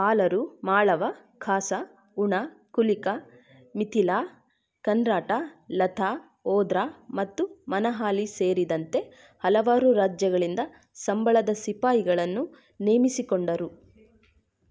ಪಾಲರು ಮಾಳವ ಖಾಸ ಹುಣ ಕುಲಿಕ ಮಿಥಿಲಾ ಕನ್ರಾಟ ಲತಾ ಓದ್ರಾ ಮತ್ತು ಮನಹಾಲಿ ಸೇರಿದಂತೆ ಹಲವಾರು ರಾಜ್ಯಗಳಿಂದ ಸಂಬಳದ ಸಿಪಾಯಿಗಳನ್ನು ನೇಮಿಸಿಕೊಂಡರು